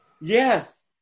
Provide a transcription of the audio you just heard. Yes